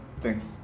thanks